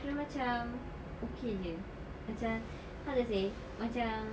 dorang macam okay jer macam how to say macam